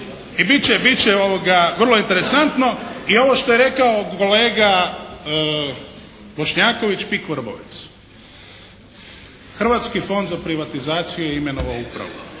i bit će vrlo interesantno i ovo što je rekao kolega Bošnjaković "Pik" Vrbovec. Hrvatski fond za privatizaciju je imenovao upravu,